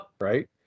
right